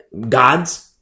gods